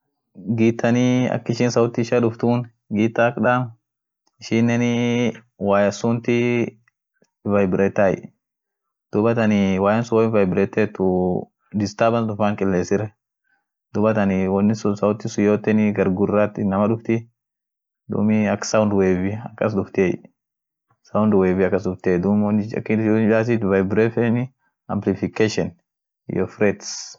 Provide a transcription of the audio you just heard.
Ngomanii ak in sauti dufuuni, hindaanie. mal daaniet mata isan gargarai. mal gargarchenii kilea jalan ak in dufuuni air presure isan gargarai. duum hin vibretai, air vibretioni hinjira aminen sautiinen hinduftue. sautin sun mal ishin duft gar hingoomaat kaate, mpka duum akas dagaanie dooch isa hindaanie.